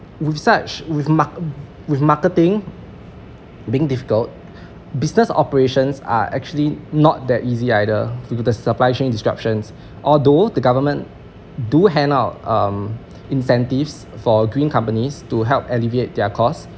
with such with mark~ with marketing being difficult business operations are actually not that easy either to the supply chain disruptions although the government do hand out um incentives for green companies to help alleviate their cost